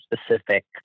specific